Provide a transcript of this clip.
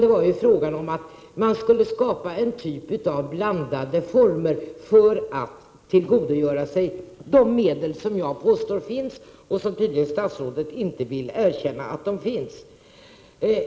Det var fråga om att man skulle skapa en typ av blandade fonder för att tillgodogöra sig de medel som jag påstår finns och som tydligen statsrådet inte vill erkänna finns.